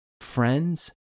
friends